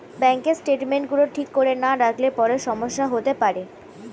ব্যাঙ্কের স্টেটমেন্টস গুলো ঠিক করে না রাখলে পরে সমস্যা হতে পারে